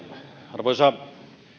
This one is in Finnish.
arvoisa